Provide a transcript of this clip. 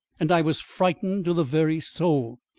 and i was frightened to the very soul,